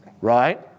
right